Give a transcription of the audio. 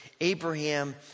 Abraham